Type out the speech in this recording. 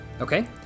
Okay